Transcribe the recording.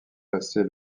passer